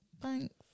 Thanks